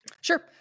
Sure